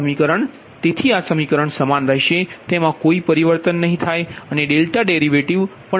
તેથી સમીકરણ સમાન રહેશે તેમા કોઈ પરિવર્તન નહીં થાય અને ડેલ્ટા ડેરિવેટિવ પણ અગાઉ આપેલ હતુ